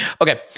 Okay